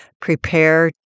prepare